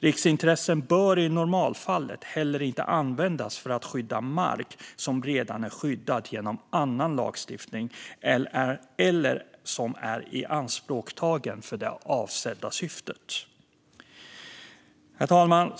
Riksintressen bör i normalfallet inte heller användas för att skydda mark som redan är skyddad genom annan lagstiftning eller som är ianspråktagen för det avsedda syftet. Herr talman!